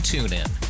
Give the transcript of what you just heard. TuneIn